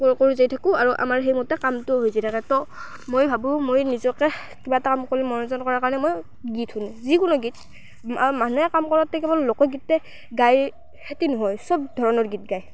কৈ কৈ যায় থাকোঁ আৰু আমাৰ সেইমতে কামটোও হৈ যায় থাকে ত' মই ভাবো মই নিজকে কিবা এটা কাম কৰি মনোযোগ কৰাৰ কাৰণে মই গীত শুনো যিকোনো গীত আৰু মানুহে কাম কৰোঁতে কেৱল লোকগীতেই গায় সেইটো নহয় চব ধৰণৰ গীত গায়